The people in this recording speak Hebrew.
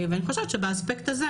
ואני חושבת שבאספקט הזה,